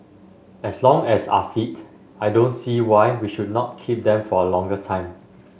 as long as are fit I don't see why we should not keep them for a longer time